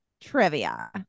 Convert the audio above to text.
trivia